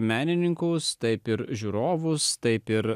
menininkus taip ir žiūrovus taip ir